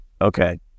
Okay